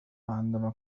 عندما